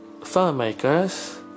filmmakers